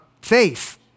faith